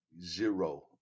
Zero